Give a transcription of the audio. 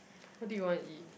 what do you want to eat